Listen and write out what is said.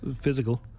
physical